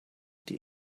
die